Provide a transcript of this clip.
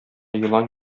елан